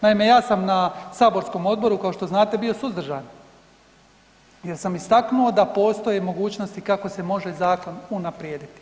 Naime, ja sam na saborskom odboru kao što znate bio suzdržan jer sam istaknuo da postoje mogućnosti kako se može zakon unaprijediti.